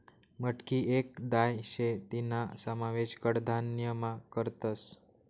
मटकी येक दाय शे तीना समावेश कडधान्यमा करतस